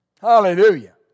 Hallelujah